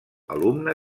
alumne